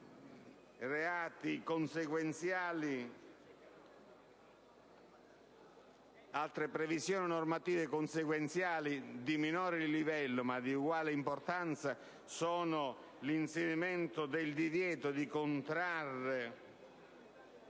ordinamento. Altre previsioni normative consequenziali di minore livello, ma di uguale importanza sono l'inserimento del divieto di contrattare